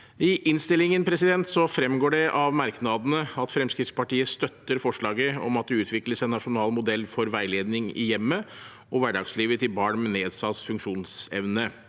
I innstillingen fremgår det av merknadene at Fremskrittspartiet støtter forslaget om at det utvikles en nasjonal modell for veiledning i hjemmet og hverdagslivet til barn med nedsatt funksjonsevne,